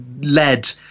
led